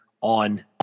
on